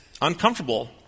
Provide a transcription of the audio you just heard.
uncomfortable